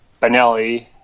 benelli